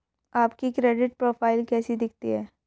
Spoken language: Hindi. आपकी क्रेडिट प्रोफ़ाइल कैसी दिखती है?